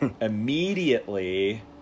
immediately